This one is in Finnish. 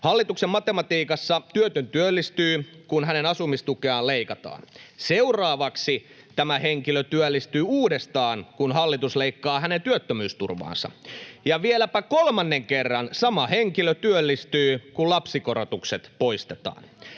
Hallituksen matematiikassa työtön työllistyy, kun hänen asumistukeaan leikataan. Seuraavaksi tämä henkilö työllistyy uudestaan, kun hallitus leikkaa hänen työttömyysturvaansa. Ja vieläpä kolmannen kerran sama henkilö työllistyy, kun lapsikorotukset poistetaan.